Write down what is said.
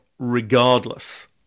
regardless